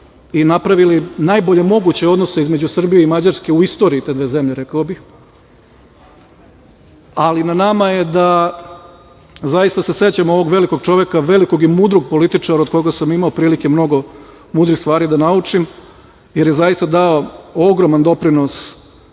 i napravili najbolje moguće odnose između Srbije i Mađarske u istoriji te dve zemlje, rekao bih, ali na nama je da se zaista sećamo ovog velikog čoveka, velikog i mudrog političara od koga sam imao prilike mnogo mudrih stvari da naučim, jer je zaista dao ogroman doprinos